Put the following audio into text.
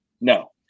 No